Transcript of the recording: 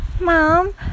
Mom